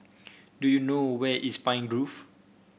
do you know where is Pine Grove